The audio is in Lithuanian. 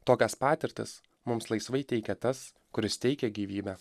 tokias patirtis mums laisvai teikia tas kuris teikia gyvybę